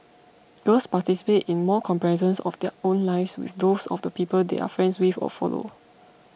girls participate in more comparisons of their own lives with those of the people they are friends with or follow